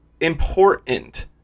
important